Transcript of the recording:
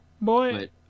Boy